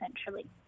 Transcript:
essentially